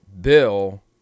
bill